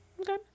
Okay